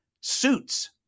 Suits